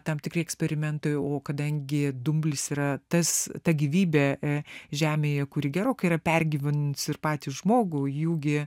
tam tikri eksperimentai o kadangi dumblis yra tas ta gyvybė žemėje kuri gerokai yra pergyvenusi ir patį žmogų jų gi